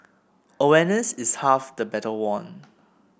awareness is half the battle won